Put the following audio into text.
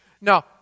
Now